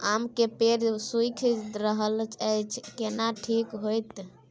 आम के पेड़ सुइख रहल एछ केना ठीक होतय?